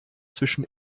zwischen